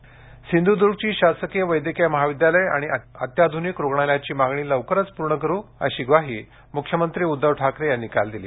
उद्घाटन सिंधुद्र्गची शासकीय वैद्यकीय महाविद्यालय आणि अत्याधुनिक रुग्णालयाची मागणी लवकरच पूर्ण करू अशी ग्वाही मुख्यमंत्री उद्धव ठाकरे यांनी काल दिली